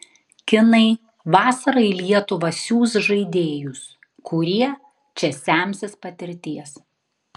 kinai vasarą į lietuvą siųs žaidėjus kurie čia semsis patirties